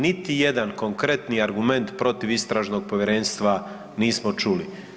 Niti jedan konkretni argument protiv Istražnog povjerenstva nismo čuli.